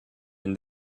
and